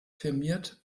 firmiert